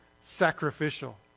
sacrificial